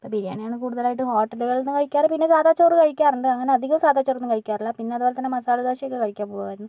അപ്പോൾ ബിരിയാണിയാണ് കൂടുതലായിട്ടും ഹോട്ടലുകളിൽ നിന്ന് കഴിക്കാറ് പിന്നെ സാധാ ചോറ് കഴിക്കാറുണ്ട് അങ്ങനെ അധികം സാദാ ചോർ ഒന്നും കഴിക്കാറില്ല പിന്നെ അതുപോലെതന്നെ മസാല ദോശയൊക്കെ കഴിക്കാൻ പോവായിരുന്നു